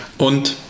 Und